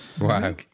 Wow